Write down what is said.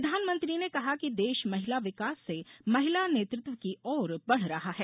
प्रधानमंत्री ने कहा कि देश महिला विकास से महिला नेतृत्व की ओर बढ़ रहा है